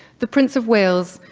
the prince of wales,